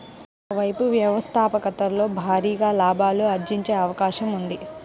ఒక వైపు వ్యవస్థాపకతలో భారీగా లాభాలు ఆర్జించే అవకాశం ఉంది